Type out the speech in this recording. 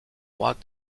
rois